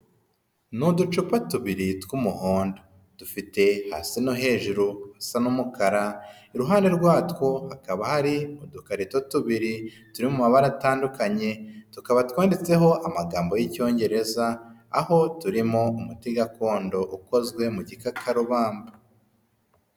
Ni uducupa tubiri tw'umuhondo dufite hasi no hejuru hasa n'umukara, iruhande rwatwo hakaba hari udukarito tubiri turi mu mabara atandukanye, tukaba twanditseho amagambo y'Icyongereza aho turimo umuti gakondo ukozwe mu gikakarubamba.